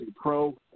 Pro